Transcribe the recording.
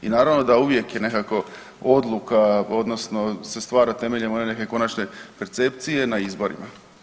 I naravno da uvijek je nekako odluka odnosno se stvara temeljem one neke konačne percepcije na izborima.